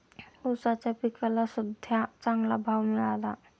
ऊसाच्या पिकाला सद्ध्या चांगला भाव मिळाला